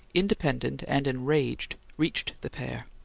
independent and enraged, reached the pair.